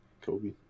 Kobe